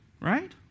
right